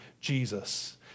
Jesus